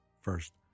first